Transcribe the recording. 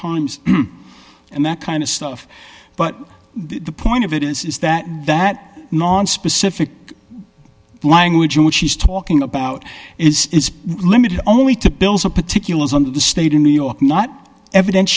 times and that kind of stuff but the point of it is is that that nonspecific language in which he's talking about is limited only to bills of particulars under the state in new york not evidence